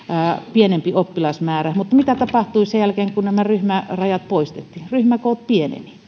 pienempi oppilasmäärä mutta mitä tapahtui sen jälkeen kun nämä ryhmärajat poistettiin ryhmäkoot pienenivät